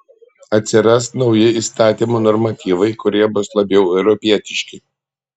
atsiras nauji įstatymų normatyvai kurie bus labiau europietiški